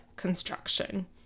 construction